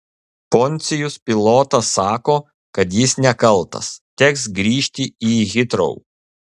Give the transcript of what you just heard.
poncijus pilotas sako kad jis nekaltas teks grįžti į hitrou